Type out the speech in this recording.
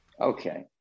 Okay